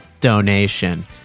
donation